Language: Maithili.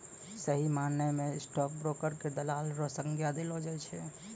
सही मायना म स्टॉक ब्रोकर क दलाल र संज्ञा देलो जाय छै